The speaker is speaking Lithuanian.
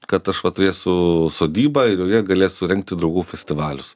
kad aš va turėsiu sodybą ir joje galėsiu rengti draugų festivalius